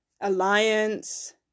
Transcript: Alliance